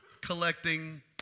collecting